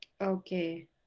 okay